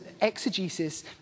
exegesis